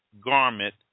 garment